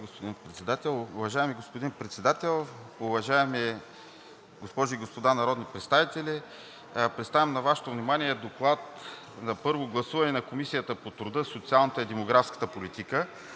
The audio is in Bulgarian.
господин Председател. Уважаеми господин Председател, уважаеми госпожи и господа народни представители! Представям на Вашето внимание: „ДОКЛАД за първо гласуване на Комисията по труда, социалната и демографската политика